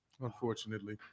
Unfortunately